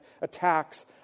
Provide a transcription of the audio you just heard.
attacks